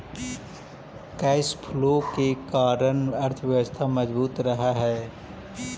cash flow के कारण अर्थव्यवस्था मजबूत रहऽ हई